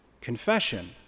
confession